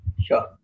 Sure